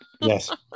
Yes